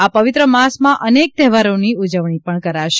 આ પવિત્ર માસમાં અનેક તહેવારોની ઉજવણી કરાશે